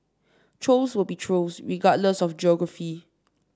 trolls will be trolls regardless of geography